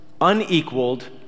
unequaled